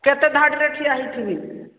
କେତେ ଧାଡ଼ିରେ ଠିଆ ହେଇଥିବି